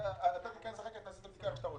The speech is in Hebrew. אתה תיכנס אחר כך תעשה את המתווה איך שאתה רוצה.